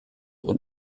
und